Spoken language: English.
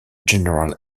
general